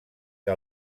que